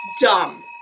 Dumb